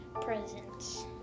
Presents